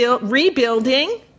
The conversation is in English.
rebuilding